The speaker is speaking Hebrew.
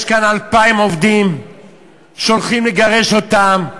יש כאן 2,000 עובדים שהולכים לגרש אותם,